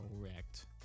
Correct